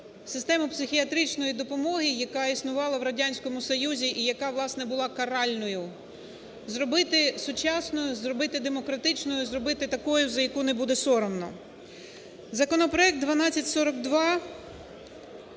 систему психіатричної допомоги, яка існувала в Радянському союзі і яка, власне, була каральною, зробити сучасною, зробити демократичною, зробити такою, за яку не буде соромно. Законопроект 1242